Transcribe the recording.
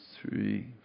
three